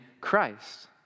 Christ